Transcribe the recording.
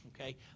okay